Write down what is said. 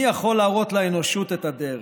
מי יכול להראות לאנושות את הדרך?